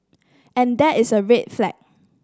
and that is a red flag